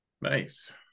Nice